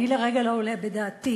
זה לרגע לא עולה בדעתי.